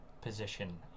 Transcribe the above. position